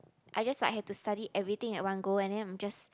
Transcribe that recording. I just like have to study everything at one go and then I'm just